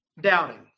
doubting